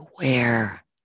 aware